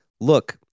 look